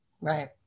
Right